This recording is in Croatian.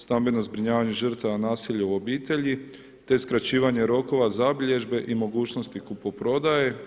Stambeno zbrinjavanje žrtava nasilja u obitelji, te skraćivanja rokova zabilježbe i mogućnosti kupoprodaje.